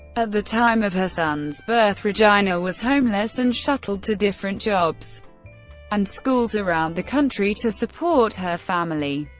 at the time of her son's birth, regina was homeless and shuttled to different jobs and schools around the country to support her family.